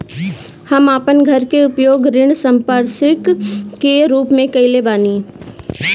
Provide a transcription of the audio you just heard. हम अपन घर के उपयोग ऋण संपार्श्विक के रूप में कईले बानी